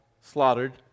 slaughtered